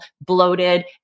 bloated